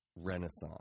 renaissance